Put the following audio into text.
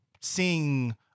seeing